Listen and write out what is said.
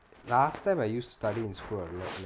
last time I used to study in school a lot